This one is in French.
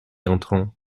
entrant